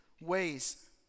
ways